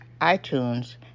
iTunes